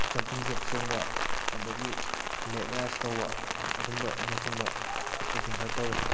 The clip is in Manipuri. ꯖꯝꯄꯤꯡ ꯖꯦꯛ ꯆꯣꯡꯕ ꯑꯗꯨꯗꯒꯤ ꯂꯦꯒ ꯔꯥꯏꯁ ꯇꯧꯕ ꯑꯗꯨꯝꯕꯅꯆꯤꯡꯕ ꯁ꯭ꯇꯔꯦꯆꯤꯡ ꯈꯔ ꯇꯧꯏ